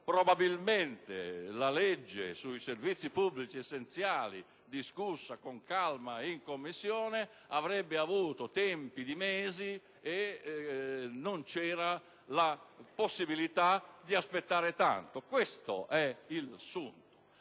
Probabilmente la legge sui servizi pubblici essenziali, se discussa con calma in Commissione, avrebbe necessitato di mesi, e non c'era la possibilità di aspettare tanto. Questo è il punto.